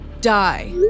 Die